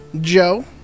Joe